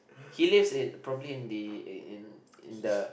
he lives in probably in the in in the